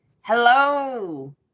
hello